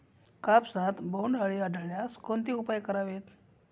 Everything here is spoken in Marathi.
कापसात बोंडअळी आढळल्यास कोणते उपाय करावेत?